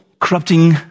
corrupting